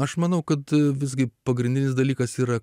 aš manau kad visgi pagrindinis dalykas yra